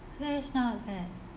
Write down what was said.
that's not bad